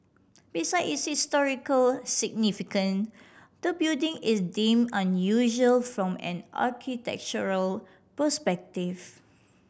besides its historical significant the building is deemed unusual from an architectural perspective